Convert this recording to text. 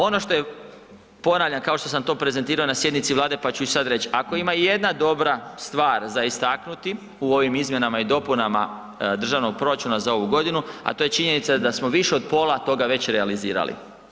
Ono što, ponavljam kao što sam to prezentirao na sjednici Vlade pa ću i sada reći, ako ima ijedna dobra stvar za istaknuti u ovim izmjenama i dopunama državnog proračuna za ovu godinu, a to je činjenica da smo više od pola toga već realizirali.